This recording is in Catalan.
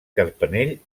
carpanell